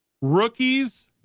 rookies